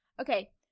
Okay